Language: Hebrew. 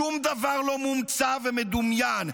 שום דבר לא מומצא ומדומיין.